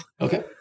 Okay